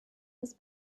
was